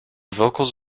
vocals